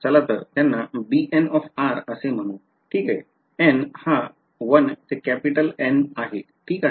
चला तर त्यांना bn असे म्हणू ठीक n हा १ ते N आहे ठीक आहे